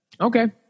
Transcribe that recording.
Okay